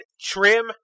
trim